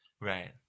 right